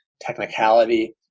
technicality